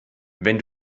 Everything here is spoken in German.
wenn